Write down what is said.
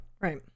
right